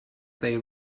they